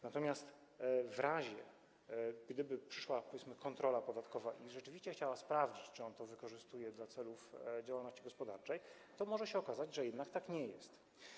Natomiast gdyby przyszła, powiedzmy, kontrola podatkowa i rzeczywiście chciała sprawdzić, czy on to wykorzystuje do celów działalności gospodarczej, to może się okazać, że jednak tak nie jest.